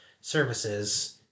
services